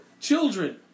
children